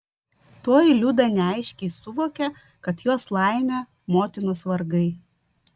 tuoj liuda neaiškiai suvokė kad jos laimė motinos vargai